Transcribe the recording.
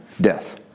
Death